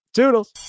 Toodles